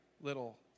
little